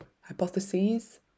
hypotheses